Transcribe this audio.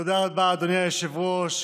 תודה רבה, אדוני היושב-ראש.